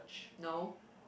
no